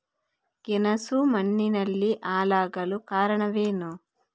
ಗೆಣಸು ಮಣ್ಣಿನಲ್ಲಿ ಹಾಳಾಗಲು ಕಾರಣವೇನು?